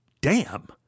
Damn